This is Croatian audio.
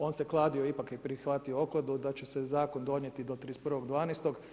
On se kladio, ipak je prihvatio okladu da će se zakon donijeti do 31.12.